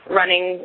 running